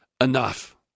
Enough